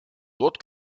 dort